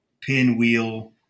pinwheel